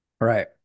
Right